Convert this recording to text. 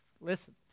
Listen